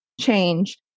change